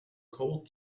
cold